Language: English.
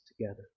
together